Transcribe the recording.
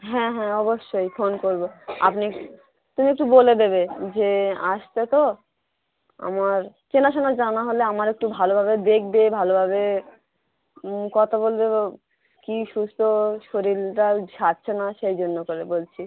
হ্যাঁ হ্যাঁ অবশ্যই ফোন করবো আপনি তুমি একটু বলে দেবে যে আসছে তো আমার চেনাশোনা জানা হলে আমার একটু ভালোভাবে দেখবে ভালোভাবে কথা বলবে ব কি সুস্থ শরীরটা সারছে না সেই জন্য করে বলছি